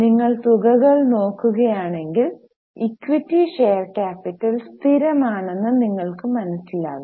നിങ്ങൾ തുകകൾ നോക്കുകയാണെങ്കിൽ ഇക്വിറ്റി ഷെയർ ക്യാപിറ്റൽ സ്ഥിരമാണെന്ന് നിങ്ങൾ മനസ്സിലാക്കും